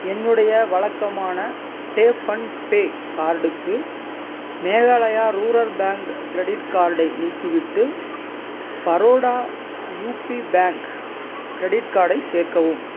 என்னுடைய வழக்கமான tap and pay கார்டுக்கு மேகலயா ரூரர் பேங்க் கிரெடிட் கார்டை நீக்கிவிட்டு பரோடா யூபி பேங்க் கிரெடிட் கார்டை சேர்க்கவும்